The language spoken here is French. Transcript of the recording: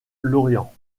lorient